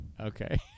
Okay